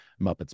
Muppets